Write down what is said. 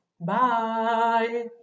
Bye